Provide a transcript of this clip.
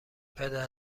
پدر